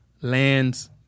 Lands